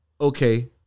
okay